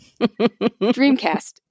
Dreamcast